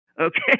Okay